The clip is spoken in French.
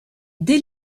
dès